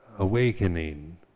awakening